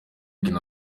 kina